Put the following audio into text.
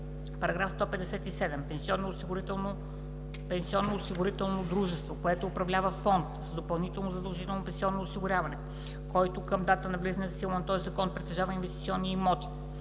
157: „§ 157. Пенсионноосигурително дружество, което управлява фонд за допълнително задължително пенсионно осигуряване, който към датата на влизането в сила на този закон притежава инвестиционни имоти,